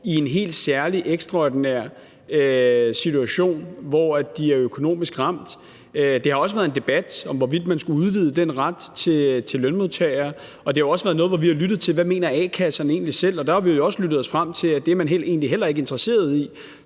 i en helt særlig ekstraordinær situation, hvor de er økonomisk ramt. Der har også været en debat om, hvorvidt man skulle udvide den ret til lønmodtagerne, og det har også været noget, hvor vi har lyttet til, hvad a-kasserne selv mener. Der har vi jo også lyttet os frem til, at det er man egentlig heller ikke interesseret i